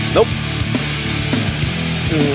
Nope